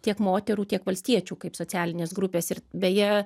tiek moterų tiek valstiečių kaip socialinės grupės ir beje